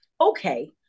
okay